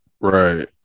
Right